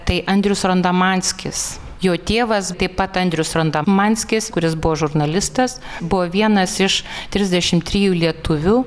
tai andrius rondomanskis jo tėvas taip pat andrius rondomanskis kuris buvo žurnalistas buvo vienas iš trisdešimt trijų lietuvių